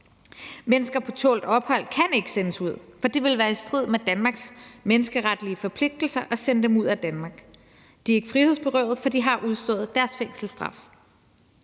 Mennesker på tålt ophold kan ikke sendes ud, for det ville være i strid med Danmarks menneskeretlige forpligtelser at sende dem ud af Danmark. De er ikke frihedsberøvet, for de har udstået deres fængselsstraf.